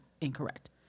incorrect